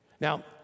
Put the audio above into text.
Now